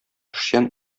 эшчән